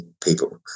people